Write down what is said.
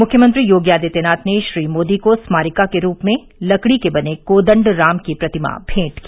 मुख्यमंत्री योगी आदित्यनाथ ने श्री मोदी को स्मारिका के रूप में लकड़ी के बने कोदण्ड राम की प्रतिमा भेंट की